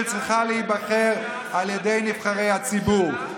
שצריכה להיבחר על ידי נבחרי הציבור.